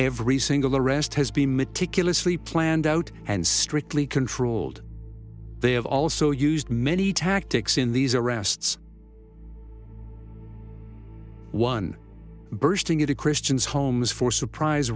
every single arrest has been meticulously planned out and strictly controlled they have also used many tactics in these arrests one bursting into christians homes for surprise